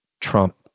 Trump